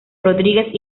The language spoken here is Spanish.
rodríguez